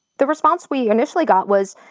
the response we initially got was,